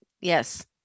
Yes